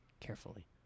carefully